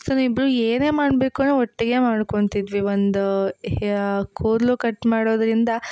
so ನಾವಿಬ್ರು ಏನೇ ಮಾಡ್ಬೇಕಂದ್ರೂ ಒಟ್ಟಿಗೆ ಮಾಡ್ಕೊಳ್ತಿದ್ವಿ ಒಂದು ಹೇ ಕೂದಲು ಕಟ್ ಮಾಡೋದರಿಂದ